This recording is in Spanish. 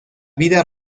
vida